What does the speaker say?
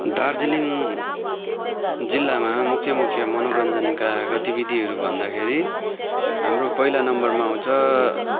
दार्जिलिङ जिल्लामा मुख्य मुख्य मनोरञ्जनका गतिविधिहरू भन्दाखेरि हाम्रो पहिला नम्बरमा आउँछ